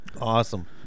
awesome